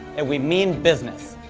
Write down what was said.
and we mean business.